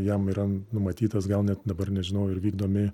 jam yra numatytas gal net dabar nežinau ir vykdomi